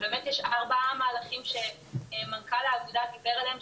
באמת יש ארבעה מהלכים שמנכ"ל האגודה דיבר עליהם,